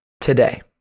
today